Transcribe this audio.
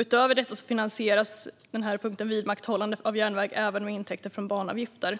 Utöver detta finansieras punkten om vidmakthållande av järnväg även med intäkter från banavgifter.